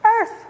Earth